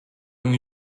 when